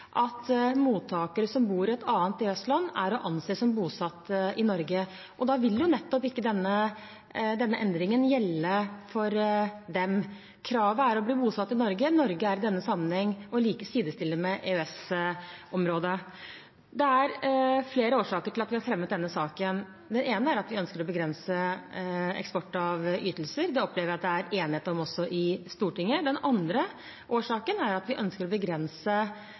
at mottakere som bor i et annet EØS-land, er å anse som bosatt i Norge, og da vil jo ikke denne endringen gjelde for dem. Kravet er å bli bosatt i Norge. Norge er i denne sammenheng å sidestille med EØS-området. Det er flere årsaker til at vi har fremmet denne saken. Det ene er at vi ønsker å begrense eksport av ytelser. Det opplever jeg at det er enighet om også i Stortinget. Den andre årsaken er at vi ønsker å begrense